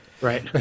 Right